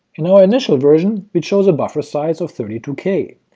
you know our initial version we chose a buffer size of thirty two k.